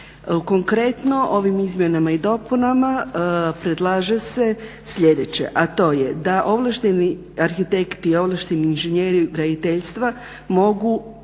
Konkretno ovim izmjenama i dopunama predlaže se sljedeće, a to je da ovlašteni arhitekti i ovlašteni inženjeri graditeljstva mogu